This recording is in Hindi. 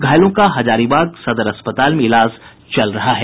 घायलों का हजारीबाग सदर अस्पताल में इलाज चल रहा है